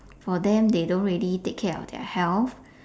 for them they don't really take care of their health